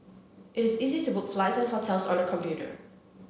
it is easy to book flights and hotels on the computer